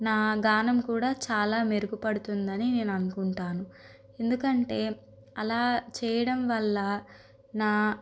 నా గానం కూడా చాలా మెరుగుపడుతుందని నేను అనుకుంటాను ఎందుకంటే అలా చేయడం వల్ల నా